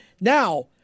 now